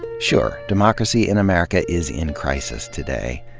sure, democracy in america is in crisis today.